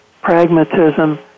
pragmatism